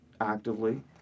actively